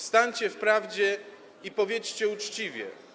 Stańcie w prawdzie i powiedzcie uczciwie.